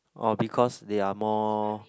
or because they are more